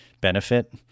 benefit